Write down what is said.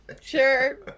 Sure